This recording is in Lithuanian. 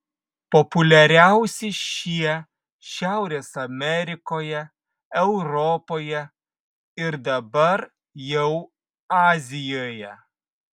populiariausi šie šiaurės amerikoje europoje ir dabar jau azijoje